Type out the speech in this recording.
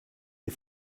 des